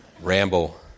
Ramble